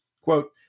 quote